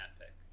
Epic